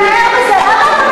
אז תתנער מזה.